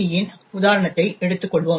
யின் உதாரணத்தை எடுத்துக் கொள்வோம்